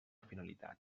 finalitat